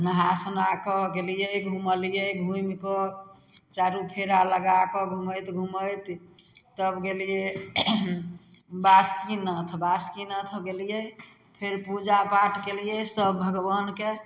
नहा सोना कऽ गेलियै घुमलियै घुमि कऽ चारु फेरा लगा कऽ घुमैत घुमैत तब गेलियै बासुकीनाथ बासुकीनाथ गेलियै फेर पूजा पाठ कयलियै सब भगवानके